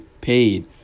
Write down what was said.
paid